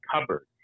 cupboard